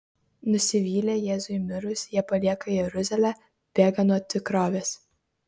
nusivylę jėzui mirus jie palieka jeruzalę bėga nuo tikrovės